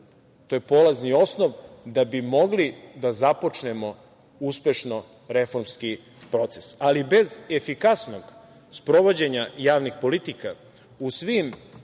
to je polazni osnov da bi mogli da započnemo uspešno reformski proces, ali bez efikasnog sprovođenja javnih politika u svim